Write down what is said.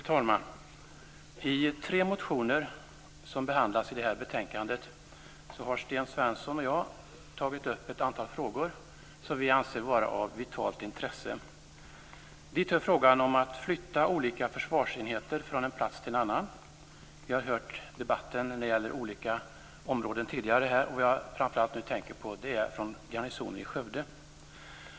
Fru talman! I tre motioner som behandlas i det här betänkandet har Sten Svensson och jag tagit upp ett antal frågor som vi anser vara av vitalt intresse. Dit hör frågan om att flytta olika försvarsenheter från en plats till en annan. Vi har hört debatten när det gäller olika områden tidigare här, men det jag framför allt tänker på nu är garnisonen i Skövde.